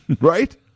right